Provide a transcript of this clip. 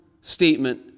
statement